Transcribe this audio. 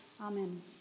Amen